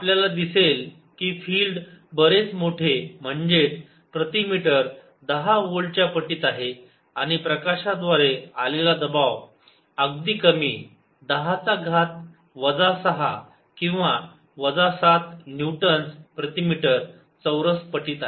आपल्याला दिसेल की फील्ड बरेच मोठे म्हणजे प्रति मीटर 10 व्होल्टच्या पटीत आहे आणि प्रकाशाद्वारे आलेला दबाव अगदी कमी 10 चा घात वजा 6 किंवा वजा 7 न्यूटन्स प्रति मीटर चौरस पटीत आहे